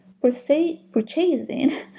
Purchasing